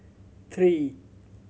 three